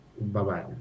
Bye-bye